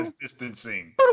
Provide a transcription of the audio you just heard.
distancing